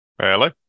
Hello